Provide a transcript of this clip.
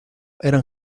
eran